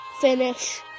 finish